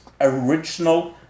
original